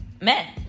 men